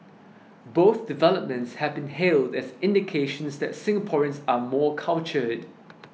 both developments have been hailed as indications that Singaporeans are more cultured